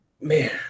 Man